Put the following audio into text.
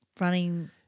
running